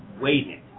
waited